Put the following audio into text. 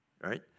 Right